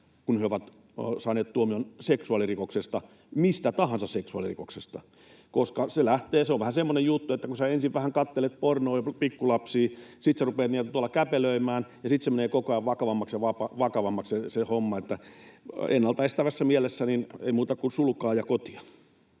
kun he ovat saaneet tuomion seksuaalirikoksesta, mistä tahansa seksuaalirikoksesta — koska se lähtee siitä, se on vähän semmoinen juttu, että kun sinä ensin vähän katselet pornoa ja pikkulapsia, sitten sinä rupeat niitä tuolla käpälöimään, niin sitten menee koko ajan vakavammaksi ja vakavammaksi se homma. Ennalta estävässä mielessä ei muuta kuin sulkaa ja kotiin.